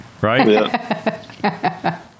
right